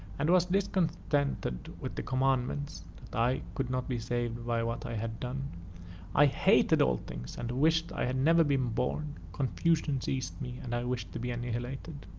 and was discontented with the commandments, that i could not be saved by what i had done i hated all things, and wished i had never been born confusion seized me, and i wished to be annihilated.